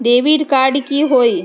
Debit card की होई?